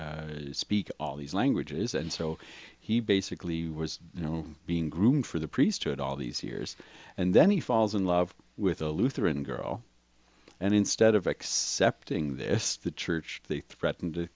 speak all these languages and so he basically was you know being groomed for the priesthood all these years and then he falls in love with a lutheran girl and instead of accepting this the church they threaten to